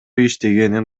иштегенин